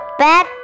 bad